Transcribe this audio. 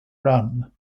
run